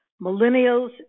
Millennials